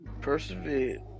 persevere